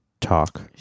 talk